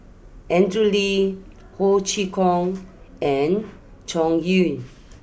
Andrew Lee Ho Chee Kong and Zhu Yu